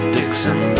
Dixon